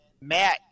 Matt